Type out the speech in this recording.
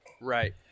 Right